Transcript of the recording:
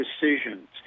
decisions